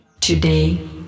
Today